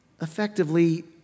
Effectively